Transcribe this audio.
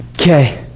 Okay